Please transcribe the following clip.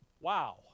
Wow